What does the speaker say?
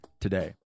today